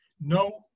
No